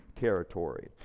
territory